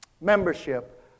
membership